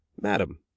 Madam